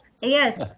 Yes